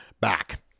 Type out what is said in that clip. back